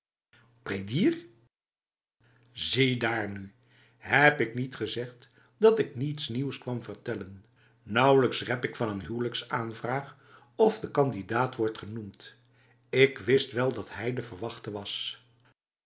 prédier ziedaar nu heb ik niet gezegd dat ik niets nieuws kwam vertellen nauwelijks rep ik van een huwelijksaanvraag of de kandidaat wordt genoemd ik wist wel dat hij de verwachte was